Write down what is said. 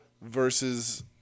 versus